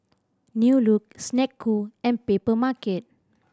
New Look Snek Ku and Papermarket